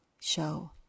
show